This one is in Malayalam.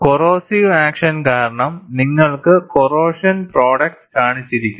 കോറോസീവ് ആക്ഷൻ കാരണം നിങ്ങൾക്ക് കോറോഷൻ പ്രോഡക്ട്സ് കാണിച്ചിരിക്കുന്നു